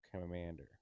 commander